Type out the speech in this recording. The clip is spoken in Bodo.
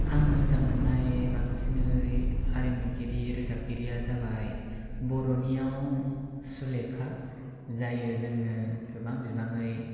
आं मोजां मोननाय बांसिनै आरिमुगिरि रोजाबगिरिया जाबाय बर'नियाव सुलेखा जायो जोंनो गोबां बिबाङै